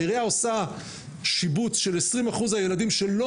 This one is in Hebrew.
והעירייה עושה שיבוץ של 20% הילדים שלא